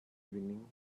evening